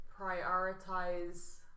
prioritize